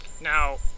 Now